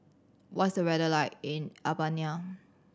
what's weather like in Albania